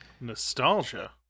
Nostalgia